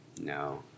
No